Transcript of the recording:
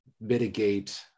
mitigate